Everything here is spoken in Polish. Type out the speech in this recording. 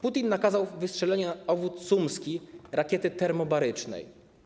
Putin nakazał wystrzelenie na obwód sumski rakiety termobarycznej.